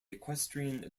equestrian